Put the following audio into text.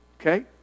okay